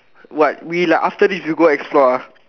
what we like after this we go explore ah